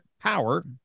power